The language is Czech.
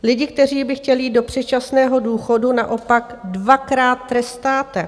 Lidi, kteří by chtěli jít do předčasného důchodu, naopak dvakrát trestáte.